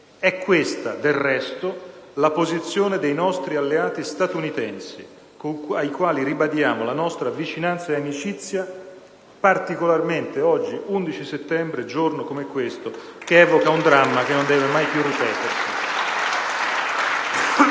È questa, del resto, la posizione dei nostri alleati statunitensi, ai quali ribadiamo la nostra vicinanza e amicizia, particolarmente oggi, 11 settembre, giorno che evoca un dramma che non deve mai più ripetersi.